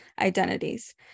identities